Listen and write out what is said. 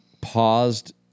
paused